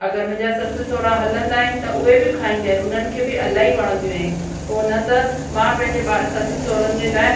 अगरि मुंहिंजा ससु सोहरा हलंदा आहिनि त उहे बि खाईंदा आहिनि उन्हनि खे बि इलाही वणंदियूं आहिनि पोइ न त मां पंहिंजे बा ससु सोहरनि जे लाइ